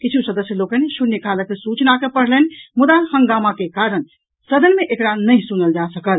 किछु सदस्य लोकनि शून्यकालक सूचना के पढ़लनि मुदा हंगामा के कारण सदन मे एकरा नहि सुनल जा सकल